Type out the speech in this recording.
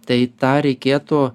tai tą reikėtų